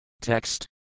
Text